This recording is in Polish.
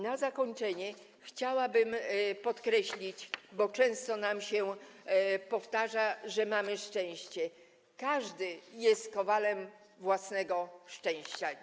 Na zakończenie chciałabym podkreślić, bo często nam się powtarza, że mamy szczęście - każdy jest kowalem własnego szczęścia.